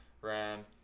ran